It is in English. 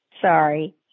Sorry